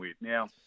now